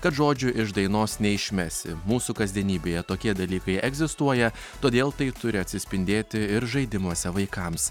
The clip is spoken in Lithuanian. kad žodžių iš dainos neišmesi mūsų kasdienybėje tokie dalykai egzistuoja todėl tai turi atsispindėti ir žaidimuose vaikams